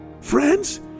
friends